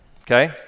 Okay